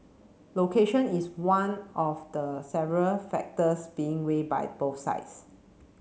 location is one of the several factors being weighed by both sides